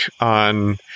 on